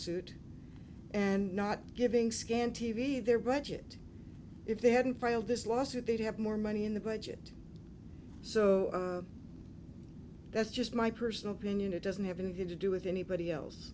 suit and not giving scant t v their budget if they hadn't filed this lawsuit they'd have more money in the budget so that's just my personal opinion it doesn't have anything to do with anybody else